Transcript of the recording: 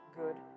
good